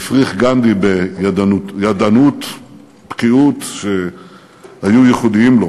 הפריך גנדי בידענות ובבקיאות שהיו ייחודיות לו.